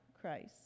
Christ